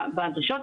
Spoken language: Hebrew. בדרישות.